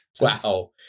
Wow